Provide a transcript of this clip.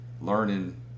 learning